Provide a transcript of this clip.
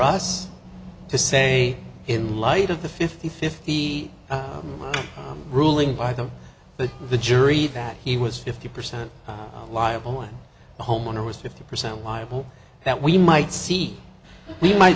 us to say in light of the fifty fifty ruling by the the the jury that he was fifty percent liable one homeowner was fifty percent liable that we might see we might